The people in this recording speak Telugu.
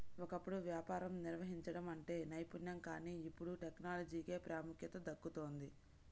ఒకప్పుడు వ్యాపారం నిర్వహించడం అంటే నైపుణ్యం కానీ ఇప్పుడు టెక్నాలజీకే ప్రాముఖ్యత దక్కుతోంది